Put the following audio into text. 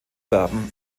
werben